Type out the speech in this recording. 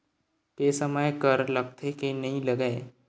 के समय कर लगथे के नइ लगय?